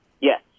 Yes